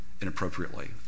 inappropriately